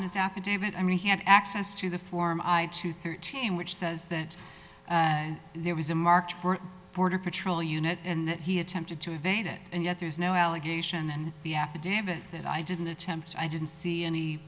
affidavit i mean he had access to the form two thirteen which says that there was a march for border patrol unit and that he attempted to evade it and yet there's no allegation in the affidavit that i didn't attempt i didn't see any